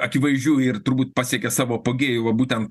akivaizdžiu ir turbūt pasiekė savo apogėjų va būtent